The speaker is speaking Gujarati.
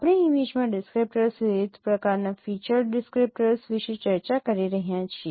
આપણે ઇમેજ માં ડિસક્રીપ્ટર્સ વિવિધ પ્રકારનાં ફીચર્ડ ડિસક્રીપ્ટર્સ વિશે ચર્ચા કરી રહ્યા છીએ